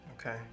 Okay